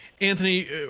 Anthony